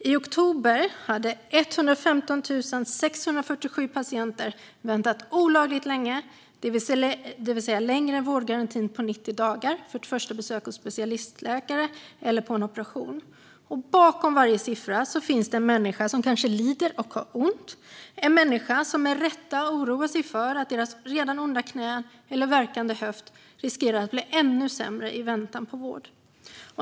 I oktober hade 115 647 patienter väntat olagligt länge, det vill säga längre än vårdgarantins 90 dagar, på ett första specialistläkarbesök eller på en operation. Bakom varje siffra finns en människa som kanske lider och har ont och som med rätta oroar sig för att hennes redan onda knä eller värkande höft riskerar att bli ännu sämre i väntan på vård.